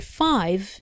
five